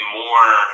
more